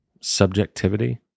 subjectivity